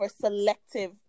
selective